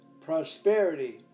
prosperity